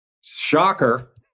Shocker